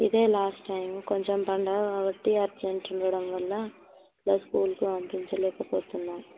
ఇదే last time కొంచెం పండుగ కాబట్టి అర్జెంట్ ఉండడం వల్ల ఇలా స్కూలుకి పంపించలేకపోతున్నాము